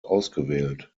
ausgewählt